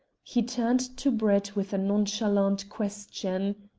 he turned to brett with a nonchalant question